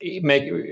make